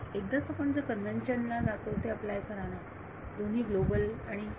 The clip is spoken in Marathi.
विद्यार्थी एकदाच आपण जे कन्व्हेन्शन ला जातो ते अप्लाय करा दोन्ही ग्लोबल आणि